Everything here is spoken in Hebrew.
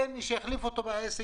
אין מי שיחליף אותו בעסק.